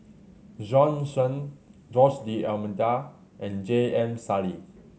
Bjorn Shen Jose D'Almeida and J M Sali